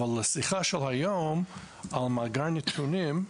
אבל השיחה של היום על מאגרי נתונים,